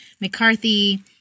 McCarthy